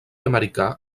americà